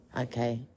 okay